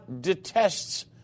detests